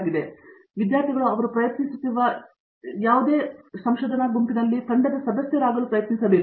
Satyanarayana N Gummadi ಮೊದಲು ವಿದ್ಯಾರ್ಥಿಗಳು ಅವರು ಪ್ರಯತ್ನಿಸುತ್ತಿರುವ ಯಾವುದೇ ಗುಂಪಿನಲ್ಲಿ ತಂಡದ ಸದಸ್ಯರಾಗಲು ಪ್ರಯತ್ನಿಸಬೇಕು